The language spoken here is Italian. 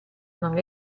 non